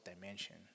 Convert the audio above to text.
dimension